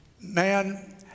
Man